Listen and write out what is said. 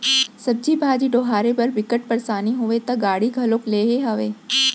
सब्जी भाजी डोहारे बर बिकट परसानी होवय त गाड़ी घलोक लेए हव